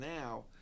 now